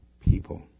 people